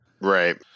Right